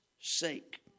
sake